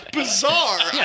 bizarre